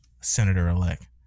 Senator-elect